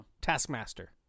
Taskmaster